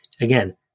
again